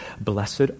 Blessed